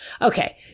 Okay